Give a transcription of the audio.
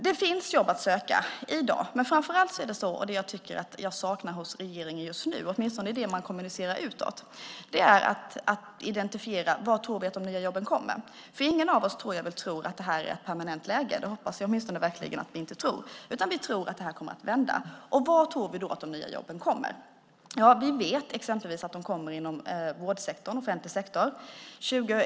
Det finns jobb att söka i dag, men det jag framför allt tycker att jag saknar i det regeringen kommunicerar utåt är en identifiering av var vi tror att de nya jobben kommer. Ingen av oss tror väl att det här är ett permanent läge; det hoppas jag åtminstone inte att vi tror. Vi tror att det kommer att vända, och var tror vi då att de nya jobben kommer? Vi vet exempelvis att jobben kommer inom vårdsektorn, inom den offentliga sektorn.